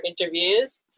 interviews